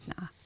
Nah